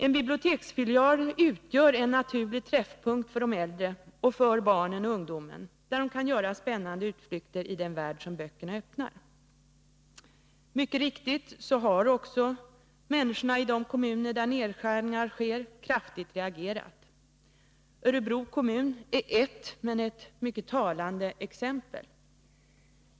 En biblioteksfilial utgör en naturlig träffpunkt för de äldre och för barnen och ungdomen, där de kan göra spännande utflykter i den värld böckerna öppnar. Mycket riktigt har också människorna i de kommuner där nedskärningar sker kraftigt reagerat. Örebro kommun är ett men ett mycket talande exempel.